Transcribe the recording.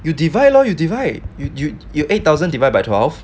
you divide lor you divide you you eight thousand divide by twelve